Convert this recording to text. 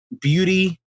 beauty